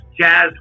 jazz